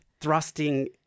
Thrusting